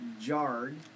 jarred